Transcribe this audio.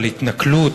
על התנכלות,